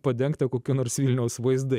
padengta kokio nors vilniaus vaizdai